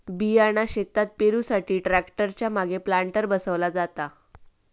बियाणा शेतात पेरुसाठी ट्रॅक्टर च्या मागे प्लांटर बसवला जाता